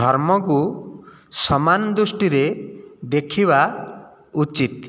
ଧର୍ମକୁ ସମାନ ଦୃଷ୍ଟିରେ ଦେଖିବା ଉଚିତ୍